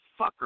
fucker